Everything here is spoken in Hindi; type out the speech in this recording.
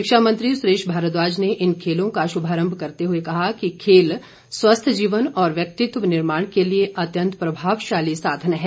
शिक्षा मंत्री सुरेश भारद्वाज ने इन खेलों का शुभारंभ करते हुए कहा कि खेल स्वस्थ जीवन और व्यक्तित्व निर्माण के लिए अत्यंत प्रभावशाली साधन है